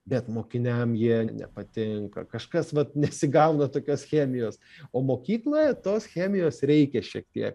bet mokiniam jie nepatinka kažkas vat nesigauna tokios chemijos o mokykloje tos chemijos reikia šiek tiek